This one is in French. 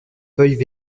feuilles